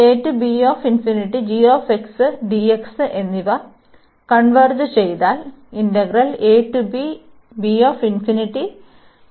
K 0 എന്നിവ converge ചെയ്താൽ converge ചെയ്യുന്നു